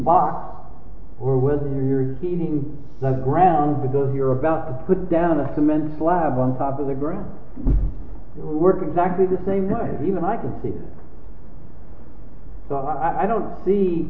box or whether you're eating the ground because you're about to put down a cement slab on top of the ground work exactly the same even i can i don't see